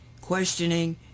questioning